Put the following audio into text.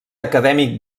acadèmic